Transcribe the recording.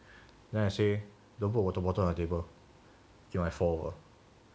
then I say don't put water bottle on my table it might fall over